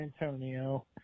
Antonio